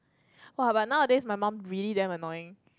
!woah! but nowadays my mum really damn annoying